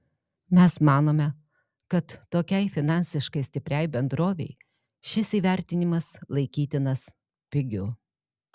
mes manome kad tokiai finansiškai stipriai bendrovei šis įvertinimas laikytinas pigiu